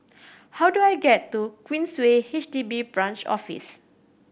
how do I get to Queensway H D B Branch Office